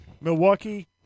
Milwaukee